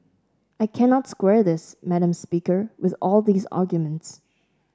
I cannot square this madam speaker with all these arguments